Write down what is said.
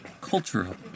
Cultural